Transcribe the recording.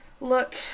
look